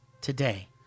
today